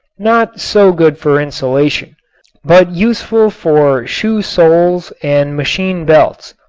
not so good for insulation but useful for shoe soles and machine belts.